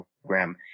program